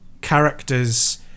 characters